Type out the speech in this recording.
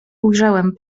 ujrzałem